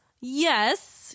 Yes